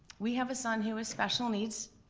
we have a son who is special needs.